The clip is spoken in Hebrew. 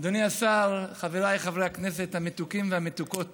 אדוני השר, חבריי חברי הכנסת המתוקים והמתוקות